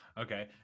Okay